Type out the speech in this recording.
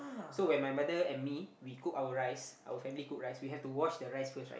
so when my mother and me we cook our rice our family cook rice we have to wash the rice first right